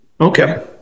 Okay